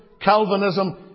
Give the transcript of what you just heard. Calvinism